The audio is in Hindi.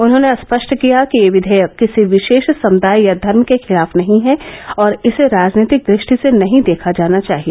उन्होंने स्पष्ट किया कि यह विधेयक किसी विशेष समृदाय या धर्म के खिलाफ नहीं है और इसे राजनीतिक दृष्टि से नहीं देखा जाना चाहिए